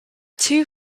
two